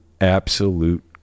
absolute